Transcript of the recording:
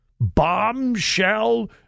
bombshell